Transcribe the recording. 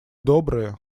добрые